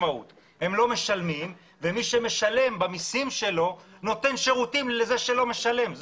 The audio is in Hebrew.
שמי שמשלם נותן שירותים לזה שלא משלם,